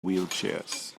wheelchairs